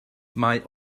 mae